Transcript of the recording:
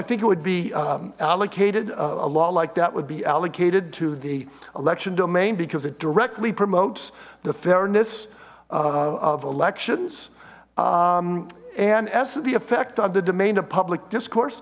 think it would be allocated a law like that would be allocated to the election domain because it directly promotes the fairness of elections and as to the effect on the domain of public discourse